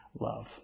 love